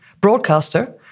broadcaster